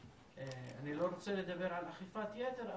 אני לא רוצה לדבר על אכיפת יתר,